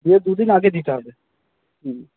বিয়ের দু দিন আগে দিতে হবে হুম